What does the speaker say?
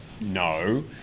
No